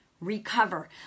recover